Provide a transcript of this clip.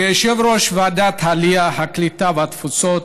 כיושב-ראש ועדת העלייה הקליטה והתפוצות